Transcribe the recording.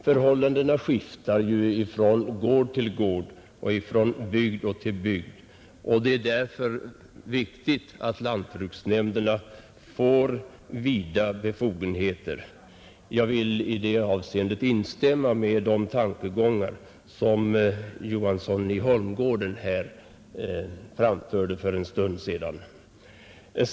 Förhållandena skiftar ju från gård till gård, från bygd till bygd, och det är därför viktigt att lantbruksnämnderna får vida befogenheter. Jag vill i det avseendet instämma med de tankegångar som herr Johansson i Holmgården framförde här för en stund sedan.